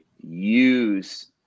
use